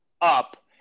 up